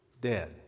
dead